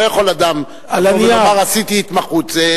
הרי לא יכול אדם לבוא ולומר: עשיתי התמחות.